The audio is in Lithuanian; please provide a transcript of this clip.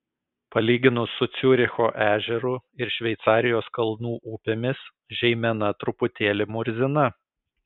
palyginus su ciuricho ežeru ir šveicarijos kalnų upėmis žeimena truputėlį murzina